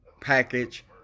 package